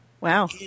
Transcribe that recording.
Wow